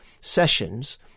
sessions